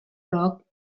roc